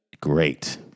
Great